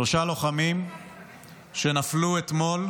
שלושה לוחמים שנפלו אתמול,